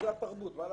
זה התרבות, מה לעשות?